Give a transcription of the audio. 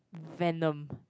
Venom